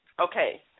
Okay